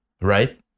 right